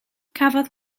cafodd